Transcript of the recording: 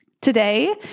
Today